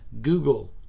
Google